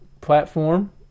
platform